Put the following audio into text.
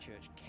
church